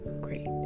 great